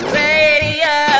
radio